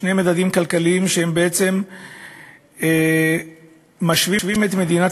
שני מדדים כלכליים שבעצם משווים את מדינת